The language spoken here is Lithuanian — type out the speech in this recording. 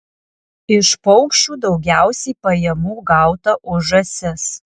iš paukščių daugiausiai pajamų gauta už žąsis